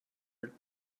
are